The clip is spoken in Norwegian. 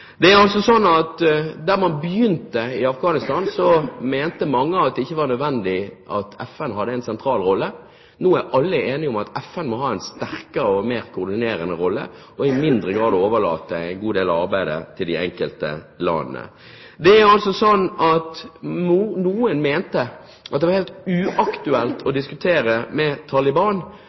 man begynte i Afghanistan, mente mange at det ikke var nødvendig at FN hadde en sentral rolle. Nå er alle enige om at FN må ha en sterkere og mer koordinerende rolle, og i mindre grad overlate en god del av arbeidet til de enkelte landene. Noen mente at det var helt uaktuelt å diskutere med Taliban. Nå er det slik at alle de ledende i verden sier at det er viktig å diskutere med